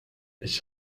ich